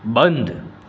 બંધ